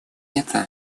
это